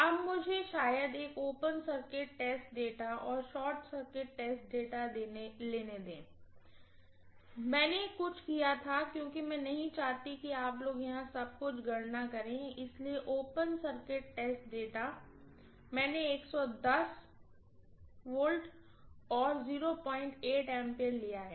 अब मुझे शायद एक ओपन सर्किट टेस्ट डेटा और शॉर्ट सर्किट टेस्ट डेटा लेने दें मैंने कुछ किया था क्योंकि मैं नहीं चाहती थी कि आप लोग यहां सब कुछ गणना करें इसलिए ओपन सर्किट टेस्ट डेटा मैंने इसे V A और लिया है